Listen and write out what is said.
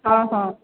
ହଁ ହଁ